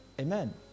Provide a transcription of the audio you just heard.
Amen